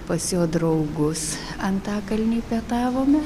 pas jo draugus antakalny pietavome